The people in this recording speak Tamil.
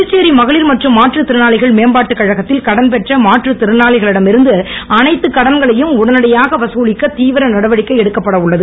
புதுச்சேரி மகளிர் மற்றும் மாற்றுத்திறனாளிகள் மேம்பாட்டுக் கழகத்தில் கடன் பெற்ற மாற்றுத் திறனாளிகளிடம் இருந்து அனைத்துக் கடன்களையும் உடனடியாக வதுலிக்க திவிர நடவடிக்கை எடுக்கப்பட உள்ளது